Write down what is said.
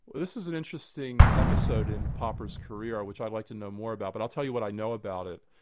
this is an interesting episode in popper's career, which i'd like to know more about. but i'll tell you what i know about it.